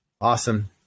Awesome